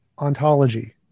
ontology